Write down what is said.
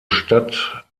stadt